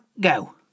go